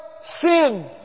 sin